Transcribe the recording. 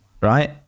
right